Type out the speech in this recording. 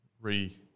re